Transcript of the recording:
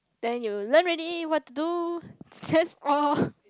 than you learn already what to do just all